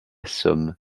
somme